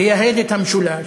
לייהד את המשולש,